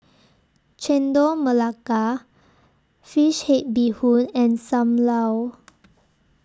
Chendol Melaka Fish Head Bee Hoon and SAM Lau